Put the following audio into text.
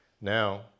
Now